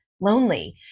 lonely